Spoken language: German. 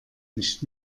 nicht